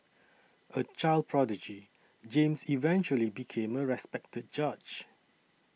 a child prodigy James eventually became a respected judge